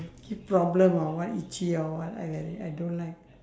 give problem or what itchy or what I really don't like